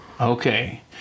Okay